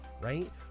right